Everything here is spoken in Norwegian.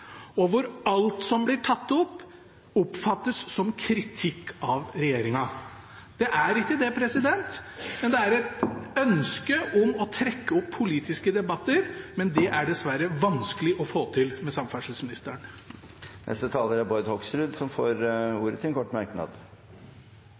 og hvor alt som blir tatt opp, oppfattes som kritikk av regjeringen. Det er ikke det, men det er et ønske om å trekke opp politiske debatter, men det er dessverre vanskelig å få til med samferdselsministeren. Representanten Bård Hoksrud har hatt ordet to ganger tidligere og får